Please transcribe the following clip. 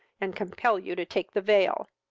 and compel you to take the veil.